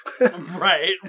Right